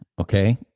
okay